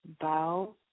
bow